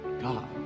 God